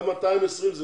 גם 220 זה